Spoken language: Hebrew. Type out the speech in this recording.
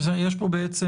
בעצם,